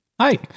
Hi